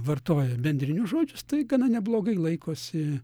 vartoja bendrinius žodžius tai gana neblogai laikosi